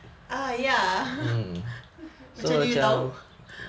uh ya macam mana you tahu